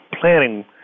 planning